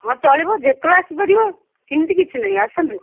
ହଁ ଚଳିବ ଯେତେବେଳେ ଆସି ପାରିବ ସେମତି କିଛି ନାହିଁ ଆସନ୍ତୁ